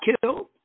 killed